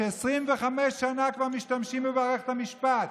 ש-25 שנה משתמשים במערכת המשפט,